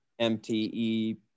mte